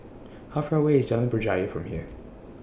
How Far away IS Jalan Berjaya from here